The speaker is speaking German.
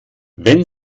wenn